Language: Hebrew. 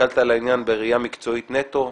הסתכלת על העניין בראייה מקצועית נטו,